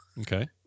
okay